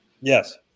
Yes